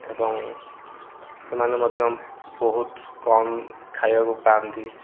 ଏବଂ ସେମାନେ ମଧ୍ୟ ବହୁତ କମ୍ ଖାଇବାକୁ ପାଆନ୍ତି